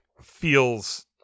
feels